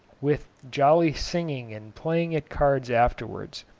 with jolly singing and playing at cards afterwards.